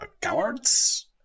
cowards